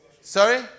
Sorry